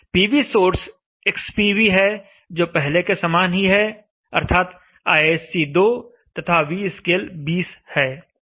PV source xPV है जो पहले के समान ही है अर्थात Isc 2 तथा Vscale 20 है